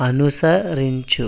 అనుసరించు